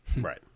Right